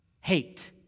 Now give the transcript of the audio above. Hate